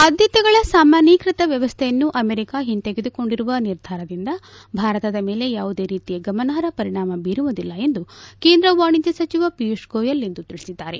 ಆದ್ಯತೆಗಳ ಸಾಮಾನ್ಯೀಕೃತ ವ್ಯವಸ್ಥೆಯನ್ನು ಅಮೆರಿಕ ಹಿಂತೆಗೆದುಕೊಂಡಿರುವ ನಿರ್ಧಾರದಿಂದ ಭಾರತದ ಮೇಲೆ ಯಾವುದೇ ರೀತಿಯ ಗಮನಾರ್ಹ ಪರಿಣಾಮ ಬೀರುವುದಿಲ್ಲ ಎಂದು ಕೇಂದ್ರ ವಾಣಿಜ್ಯ ಸಚಿವ ಪಿಯೂಷ್ ಗೋಯಲ್ ಇಂದು ತಿಳಿಸಿದ್ದಾರೆ